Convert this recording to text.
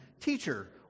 Teacher